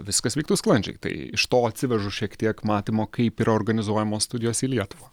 viskas vyktų sklandžiai tai iš to atsivežu šiek tiek matymo kaip yra organizuojamos studijos į lietuvą